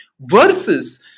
versus